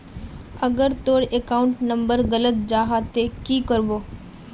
अगर तोर account number गलत जाहा ते की करबो?